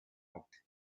out